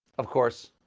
of course,